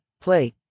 Play